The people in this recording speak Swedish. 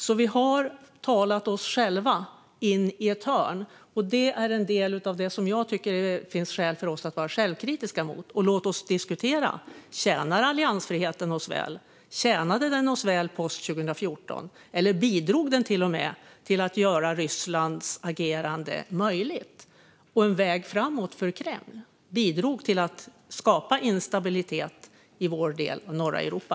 Vi har alltså talat oss själva in i ett hörn. Det är en del av det som jag tycker att det finns skäl för oss att vara självkritiska mot. Och låt oss diskutera: Tjänar alliansfriheten oss väl? Tjänade den oss väl efter 2014? Eller bidrog den rent av till att göra Rysslands agerande möjligt, skapa en väg framåt för Kreml och skapa instabilitet i vår del av norra Europa?